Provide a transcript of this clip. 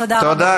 תודה רבה.